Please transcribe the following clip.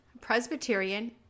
Presbyterian